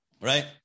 Right